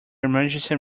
emergency